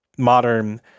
Modern